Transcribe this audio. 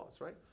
right